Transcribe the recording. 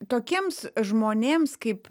tokiems žmonėms kaip